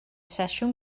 sesiwn